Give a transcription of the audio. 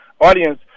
audience